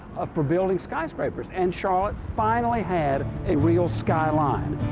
for building skyscrapers and charlotte finally had a real skyline.